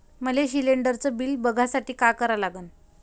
मले शिलिंडरचं बिल बघसाठी का करा लागन?